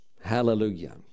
Hallelujah